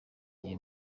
igihe